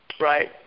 Right